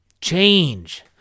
Change